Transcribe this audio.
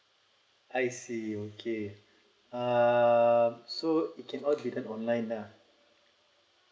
I see okay err so it can all ready online lah